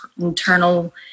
internal